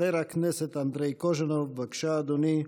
חבר הכנסת אנדרי קוז'ינוב, בבקשה, אדוני.